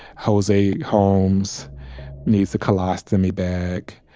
jose holmes needs a colostomy bag.